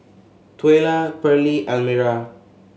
Twyla Pearlie Elmira